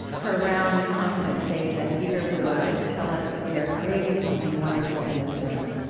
her round, confident face and eager blue eyes tell us that we are creating something wonderful in this room